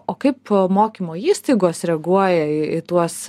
o kaip mokymo įstaigos reaguoja į tuos